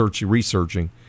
researching